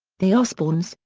the osbournes,